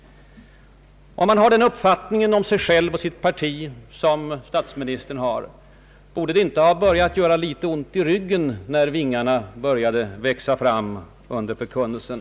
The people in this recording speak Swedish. Har man den självgoda uppfattning om sig själv och sitt parti som statsministern har, borde det ha gjort ont i ryggen när vingarna började växa fram under förkunnelsen.